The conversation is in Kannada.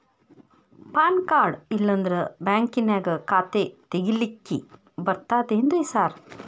ಪಾನ್ ಕಾರ್ಡ್ ಇಲ್ಲಂದ್ರ ಬ್ಯಾಂಕಿನ್ಯಾಗ ಖಾತೆ ತೆಗೆಲಿಕ್ಕಿ ಬರ್ತಾದೇನ್ರಿ ಸಾರ್?